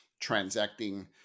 transacting